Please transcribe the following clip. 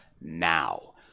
Now